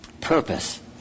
purpose